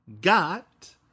Got